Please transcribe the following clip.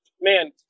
man